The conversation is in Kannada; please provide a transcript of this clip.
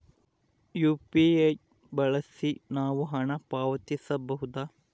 ಯು.ಪಿ.ಐ ಬಳಸಿ ನಾವು ಹಣ ಪಾವತಿಸಬಹುದಾ?